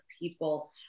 people